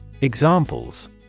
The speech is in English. Examples